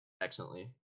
excellently